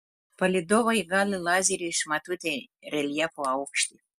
palydovai gali lazeriu išmatuoti reljefo aukštį